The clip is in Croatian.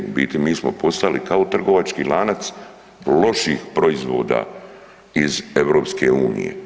U biti mi smo postali kao trgovački lanac loših proizvoda iz EU.